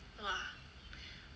!wah!